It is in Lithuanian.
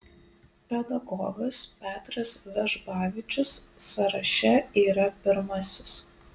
pedagogas petras vežbavičius sąraše yra pirmasis